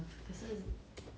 ya lor